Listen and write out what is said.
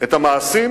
את המעשים